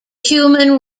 human